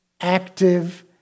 active